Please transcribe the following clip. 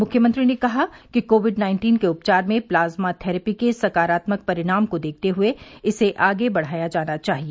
मुख्यमंत्री ने कहा कि कोविड नाइन्टीन के उपचार में प्लाज्मा थेरेपी के सकारात्मक परिणाम को देखते हुए इसे आगे बढ़ाया जाना चाहिए